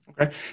Okay